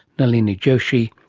nalini joshi,